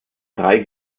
drei